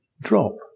drop